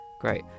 Great